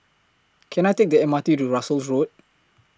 Can I Take The M R T to Russels Road